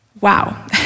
Wow